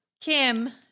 Kim